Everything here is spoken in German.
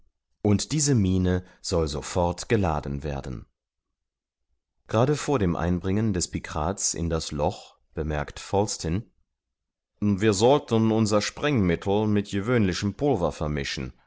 und diese mine soll sofort geladen werden gerade vor dem einbringen des pikrats in das loch bemerkt falsten wir sollten unser sprengmittel mit gewöhnlichem pulver vermischen